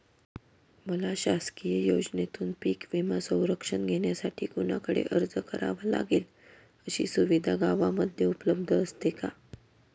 मला शासकीय योजनेतून पीक विमा संरक्षण घेण्यासाठी कुणाकडे अर्ज करावा लागेल? अशी सुविधा गावामध्ये उपलब्ध असते का?